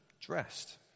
dressed